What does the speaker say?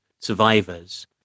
survivors